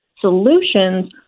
solutions